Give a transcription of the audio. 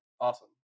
Awesome